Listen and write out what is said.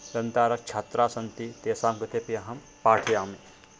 सन्तः छात्राः सन्ति तेषां कृते अपि अहं पाठयामि